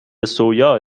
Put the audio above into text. سویا